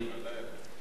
בבקשה.